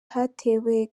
hatewe